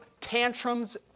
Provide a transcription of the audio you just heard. tantrums